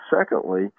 secondly